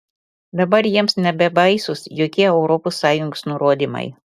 dabar jiems nebebaisūs jokie europos sąjungos nurodymai